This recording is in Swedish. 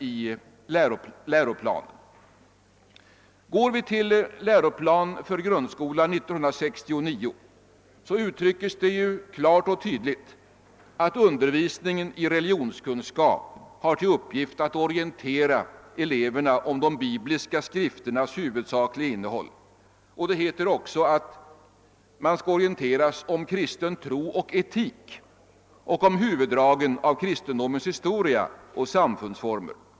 I läroplanen för grundskolan finner vi vidare att det klart och tydligt uttrycks att undervisningen i religionskunskap har till uppgift att orientera eleverna om de bibliska skrifternas huvudsakliga innehåll. Det heter även att eleverna skall orienteras om kristen tro och etik samt om huvuddragen av kristendomens historia och samfundsformer.